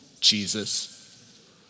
Jesus